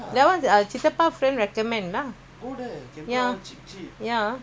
mm daddy car next year april